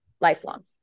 Lifelong